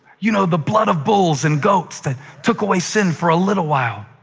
you know, the blood of bulls and goats that took away sin for a little while,